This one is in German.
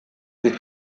sie